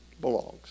belongs